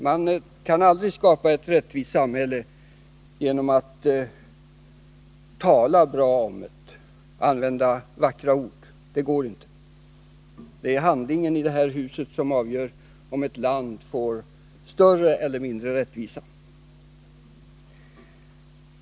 Man kan aldrig skapa ett rättvist samhälle genom att tala bra om det och använda vackra ord. Det är handlingen i det här huset som avgör om vårt land - får större eller mindre rättvisa.